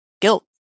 guilt